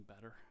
better